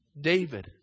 David